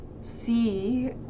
see